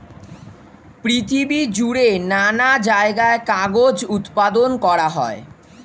পৃথিবী জুড়ে নানা জায়গায় কাগজ উৎপাদন করা হয়